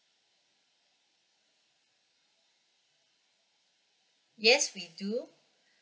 yes we do